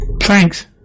Thanks